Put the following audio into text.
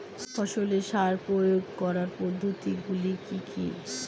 ফসলে সার প্রয়োগ করার পদ্ধতি গুলি কি কী?